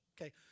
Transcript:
Okay